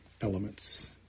elements